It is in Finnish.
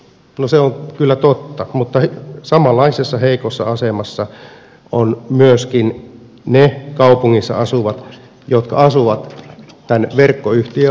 no se on kyllä totta mutta samanlaisessa heikossa asemassa ovat myöskin ne kaupungissa asuvat jotka asuvat tämän verkkoyhtiön alueella